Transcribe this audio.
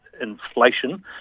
inflation